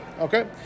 Okay